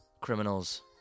criminals